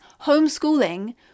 homeschooling